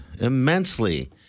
immensely